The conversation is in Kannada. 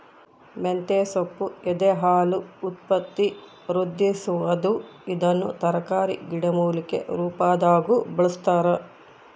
ಮಂತೆಸೊಪ್ಪು ಎದೆಹಾಲು ಉತ್ಪತ್ತಿವೃದ್ಧಿಸುವದು ಇದನ್ನು ತರಕಾರಿ ಗಿಡಮೂಲಿಕೆ ರುಪಾದಾಗೂ ಬಳಸ್ತಾರ